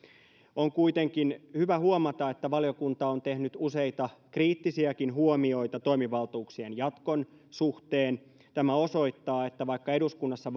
on kuitenkin hyvä huomata että valiokunta on tehnyt useita kriittisiäkin huomioita toimivaltuuksien jatkon suhteen tämä osoittaa että vaikka eduskunnassa